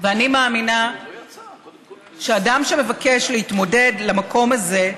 אני מאמינה שאדם שמבקש להתמודד למקום הזה,